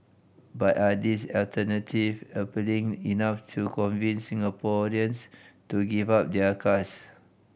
but are these alternative appealing enough to convince Singaporeans to give up their cars